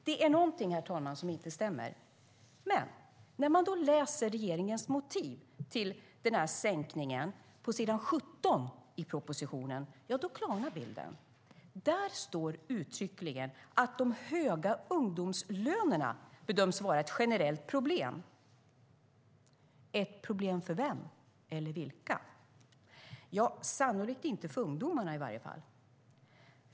Det är någonting, herr talman, som inte stämmer, men när man läser regeringens motivering till sänkningen - den står på s. 17 i propositionen - klarnar bilden. Där står uttryckligen att de höga ungdomslönerna bedöms vara ett generellt problem. Ett problem för vem, eller vilka? Sannolikt inte för ungdomarna i varje fall.